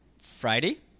Friday